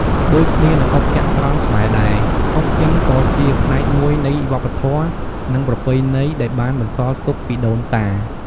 ដូចគ្នានឹងអុកចត្រង្គខ្មែរដែរ អុកចិនក៏ជាផ្នែកមួយនៃវប្បធម៌ និងប្រពៃណីដែលបានបន្សល់ទុកពីដូនតា។